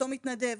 אותו מתנדב,